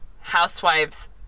housewives